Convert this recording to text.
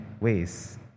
ways